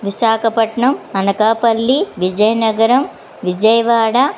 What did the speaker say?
Visakhapatnam Anakapalli Vizianagaram Vijayawada